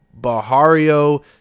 Bahario